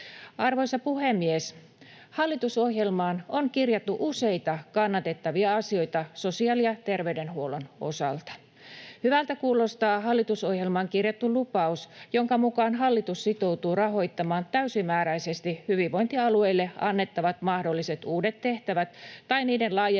Arvoisa puhemies! Hallitusohjelmaan on kirjattu useita kannatettavia asioita sosiaali- ja terveydenhuollon osalta. Hyvältä kuulostaa hallitusohjelmaan kirjattu lupaus, jonka mukaan hallitus sitoutuu rahoittamaan täysimääräisesti hyvinvointialueille annettavat mahdolliset uudet tehtävät tai niiden laajennukset